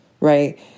right